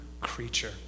creature